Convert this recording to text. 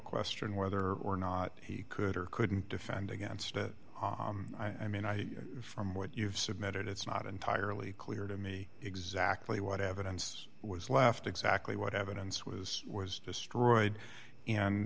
question whether or not he could or couldn't defend against it i mean i from what you've submitted it's not entirely clear to me exactly what evidence was left exactly what evidence was destroyed and